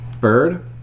bird